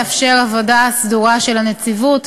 תחת ביקורת וגם לאפשר עבודה סדורה של הנציבות.